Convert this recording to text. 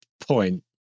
point